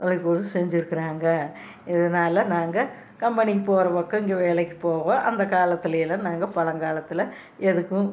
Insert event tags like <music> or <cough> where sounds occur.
<unintelligible> செஞ்சுருக்குறாங்க இதனால நாங்கள் கம்பெனிக்கு போறபோக்கில் இங்கே வேலைக்கு போவோம் அந்த காலத்திலேலாம் நாங்கள் பழங்காலத்துல எதுக்கும்